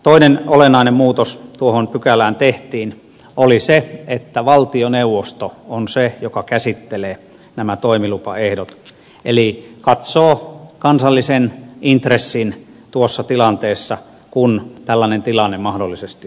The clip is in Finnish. toinen olennainen muutos joka tuohon pykälään tehtiin oli se että valtioneuvosto on se joka käsittelee nämä toimilupaehdot eli katsoo kansallisen intressin tuossa tilanteessa kun tällainen tilanne mahdollisesti on vastassa